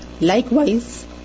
Likewise